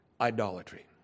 idolatry